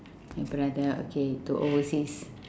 your brother okay to overseas